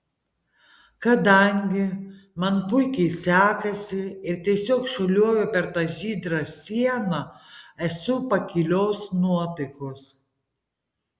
kadangi man puikiai sekasi ir tiesiog šuoliuoju per tą žydrą sieną esu pakilios nuotaikos